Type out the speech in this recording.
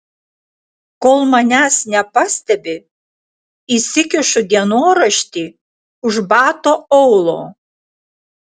kol manęs nepastebi įsikišu dienoraštį už bato aulo